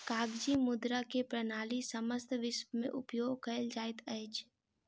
कागजी मुद्रा के प्रणाली समस्त विश्व में उपयोग कयल जाइत अछि